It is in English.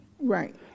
Right